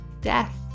death